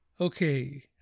Okay